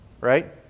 Right